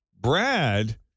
Brad